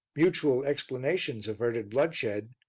mutual explanations averted bloodshed,